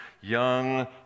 young